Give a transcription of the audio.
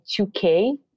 2K